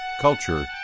culture